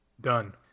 Done